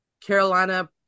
Carolina